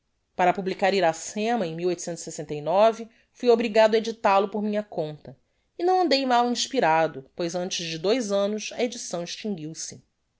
para publicar iracema em fui obrigado á edictal o por minha conta e não andei mal inspirado pois antes de dois annos a edicção extinguiu-se